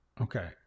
Okay